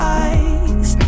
eyes